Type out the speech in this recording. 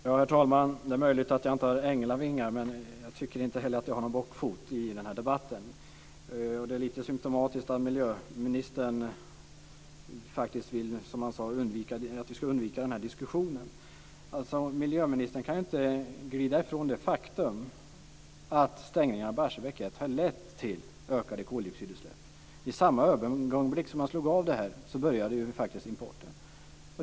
Herr talman! Det är möjligt att jag inte har änglavingar, men jag tycker heller inte att jag har någon bockfot i den här debatten. Det är lite symtomatiskt att miljöministern vill, som han sade, att vi ska undvika den här diskussionen. Miljöministern kan inte glida ifrån det faktum att stängningen av Barsebäck 1 har lett till ökade koldioxidutsläpp. I samma ögonblick som det stängdes började faktiskt importen.